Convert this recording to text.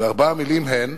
וארבע המלים הן: